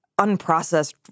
unprocessed